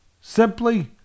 simply